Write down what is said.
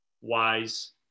Wise